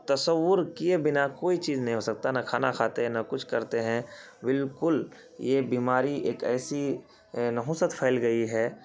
تصورکیے بنا کوئی چیز نہیں ہو سکتا نہ کھانا کھاتے ہیں نہ کچھ کرتے ہیں بالکل یہ بیماری ایک ایسی نحوست پھیل گئی ہے